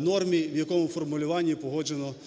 нормі, в якому формулюванні погоджена позиція